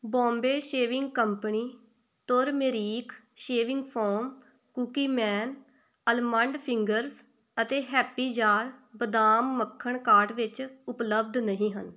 Bombay shaving company turmeric shaving foam Cookieman almond fingers ਅਤੇ happy jar ਬਦਾਮ ਮੱਖਣ cart ਵਿੱਚ ਉਪਲੱਬਧ ਨਹੀਂ ਹਨ